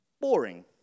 boring